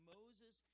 Moses